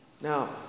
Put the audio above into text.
Now